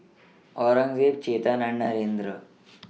Aurangzeb Chetan and Narendra